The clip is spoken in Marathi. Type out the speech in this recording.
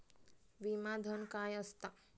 विमा धन काय असता?